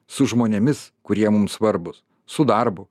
su žmonėmis kurie mums svarbūs su darbu